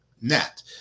net